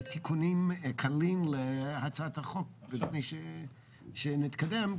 תיקונים קלים להצעת החוק לפני שנתקדם,